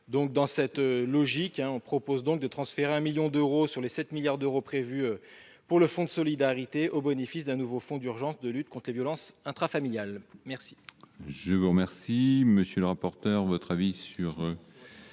Dans cette logique, nous proposons de transférer 1 million d'euros, sur les 7,5 milliards d'euros prévus pour le fonds de solidarité, à un nouveau fonds d'urgence de lutte contre les violences intrafamiliales. Quel